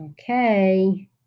Okay